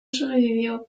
sobrevivió